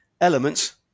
elements